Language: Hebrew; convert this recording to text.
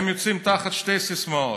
הם יוצאים תחת שתי סיסמאות: